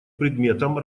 предметам